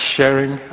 Sharing